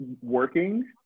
working